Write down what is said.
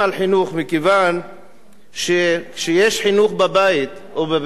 מכיוון שכשיש חינוך בבית או בבית-ספר,